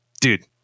dude